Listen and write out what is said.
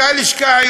אותה לשכה,